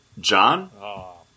John